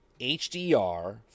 HDR